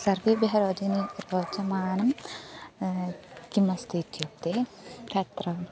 सर्वेभ्यः रोचते रोचमानं किमस्ति इत्युक्ते तत्र